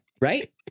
right